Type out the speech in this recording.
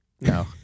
No